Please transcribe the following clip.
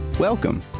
Welcome